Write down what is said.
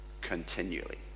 continually